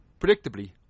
Predictably